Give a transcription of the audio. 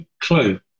clue